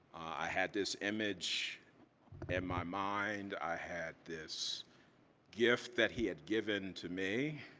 i had this image in my mind. i had this gift that he had given to me,